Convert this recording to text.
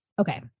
okay